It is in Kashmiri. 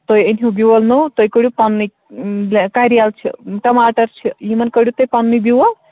تُہۍ أنۍہوٗ بیول نوٚو تُہۍ کٔڑیوٗ پنٛنُے کریلہٕ چھِ ٹماٹر چھِ یِمَن کٔڑیوٗ تُہۍ پَنٛنُے بیول